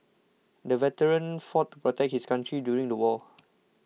the veteran fought to protect his country during the war